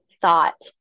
thought